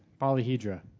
Polyhedra